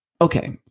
okay